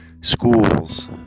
schools